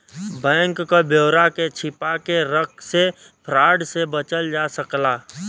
bank क ब्यौरा के छिपा के रख से फ्रॉड से बचल जा सकला